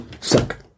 Suck